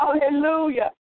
Hallelujah